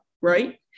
right